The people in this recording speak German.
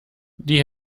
die